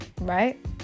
right